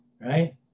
right